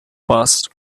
past